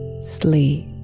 sleep